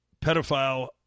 pedophile